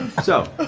so,